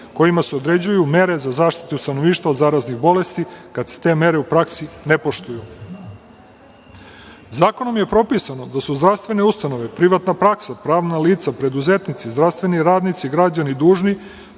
kojima se određuju mere za zaštitu stanovništva od zaraznih bolesti kad se te mere u praksi ne poštuju. Zakonom je propisano da su zdravstvene ustanove, privatna praksa, pravna lica, preduzetnici, zdravstveni radnici i građani dužni